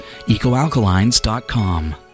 EcoAlkalines.com